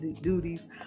duties